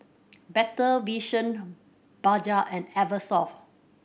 Better Vision Bajaj and Eversoft